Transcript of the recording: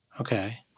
Okay